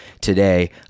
today